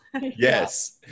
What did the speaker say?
Yes